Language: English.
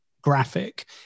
graphic